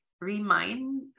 remind